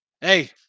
Hey